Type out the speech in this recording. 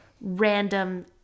random